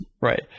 Right